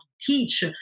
teach